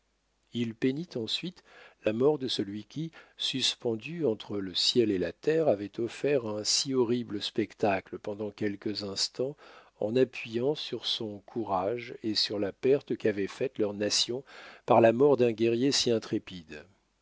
il peignit ensuite la mort de celui qui suspendu entre le ciel et la terre avait offert un si horrible spectacle pendant quelques instants en appuyant sur son courage et sur la perte qu'avait faite leur nation par la mort d'un guerrier si intrépide